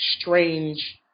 strange